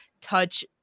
touch